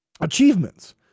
achievements